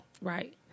Right